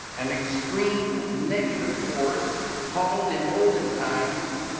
an extreme negative force called, in olden times,